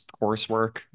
coursework